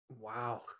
Wow